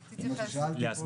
תתייחס.